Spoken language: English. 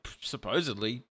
Supposedly